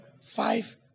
five